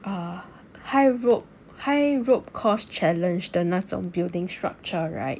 err high rope high rope course challenge 的那种 building structure right